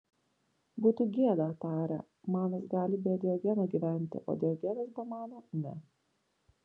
būtų gėda tarė manas gali be diogeno gyventi o diogenas be mano ne